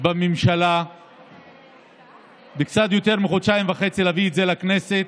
בממשלה ובקצת יותר מחודשיים וחצי להביא את זה לכנסת.